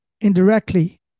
indirectly